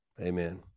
Amen